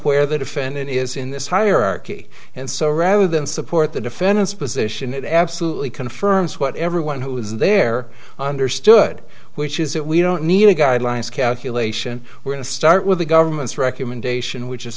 where the defendant is in this hierarchy and so rather than support the defendant's position it absolutely confirms what everyone who was there understood who which is that we don't need any guidelines calculation we're going to start with the government's recommendation which is